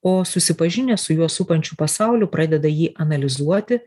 o susipažinę su juos supančiu pasauliu pradeda jį analizuoti